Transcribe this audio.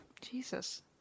jesus